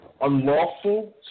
unlawful